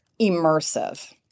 immersive